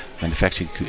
manufacturing